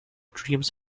dreams